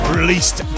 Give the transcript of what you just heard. released